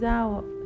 out